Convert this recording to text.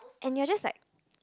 and you are just like